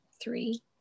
three